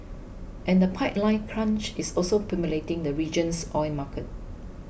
and the pipeline crunch is also pummelling the region's oil market